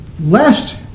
lest